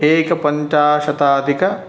एकपञ्चाशताधिकम्